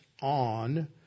on